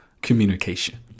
communication